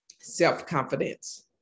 self-confidence